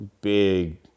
big